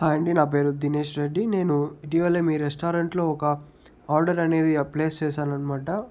hi అండి నా పేరు దినేష్ రెడ్డి నేను ఇటీవలే మీ రెస్టారెంట్లో ఒక ఆర్డర్ అనేది ప్లేస్ చేసాననమాట